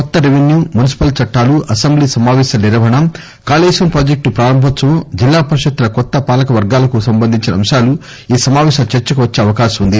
కొత్త revenue municipal చట్టాలు assembly సమాపేశాల నిర్వహణ కాళేశ్వరం ప్రాజెక్టు ప్రారంభోత్సవం జిల్లా పరిషత్తుల కొత్త పాలకవర్గాలకు సంబంధించిన అంశాలు ఈ సమాపేశంలో చర్చకు వచ్చే అవకాశం ఉంది